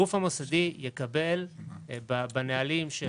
הגוף המוסדי יקבל בנהלים של